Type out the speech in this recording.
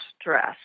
stress